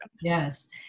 Yes